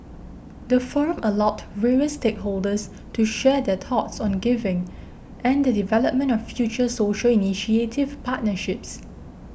the forum allowed various stakeholders to share their thoughts on giving and the development of future social initiative partnerships